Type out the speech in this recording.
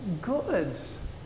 goods